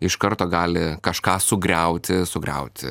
iš karto gali kažką sugriauti sugriauti